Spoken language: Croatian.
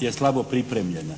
je slabo pripremljena.